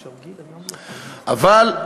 אבל,